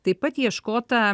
taip pat ieškota